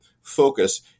focus